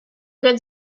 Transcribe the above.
good